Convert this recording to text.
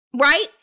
right